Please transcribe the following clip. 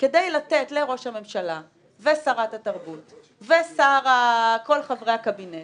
כדי לתת לראש הממשלה ושרת התרבות וכל חברי הקבינט